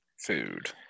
food